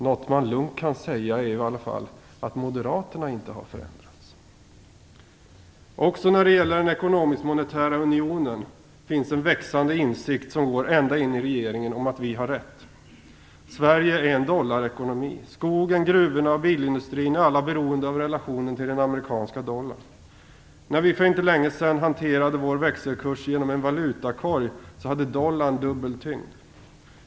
Något man lugnt kan säga är i alla fall att moderaterna inte har förändrats. Också när det gäller den ekonomisk-monetära unionen finns en växande insikt, som går ända in i regeringen, om att vi har rätt. Sverige är en dollarekonomi. Skogen, gruvorna och bilindustrin är alla beroende av relationen till den amerikanska dollarn. När vi för inte länge sedan hanterade vår växelkurs genom en valutakorg hade dollarn dubbel tyngd.